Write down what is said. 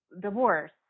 divorce